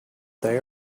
they